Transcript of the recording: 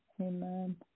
Amen